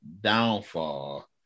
downfall